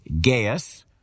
Gaius